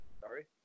sorry